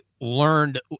learned